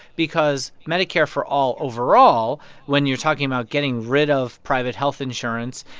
because medicare for all overall when you're talking about getting rid of private health insurance,